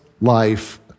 life